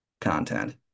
content